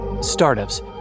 Startups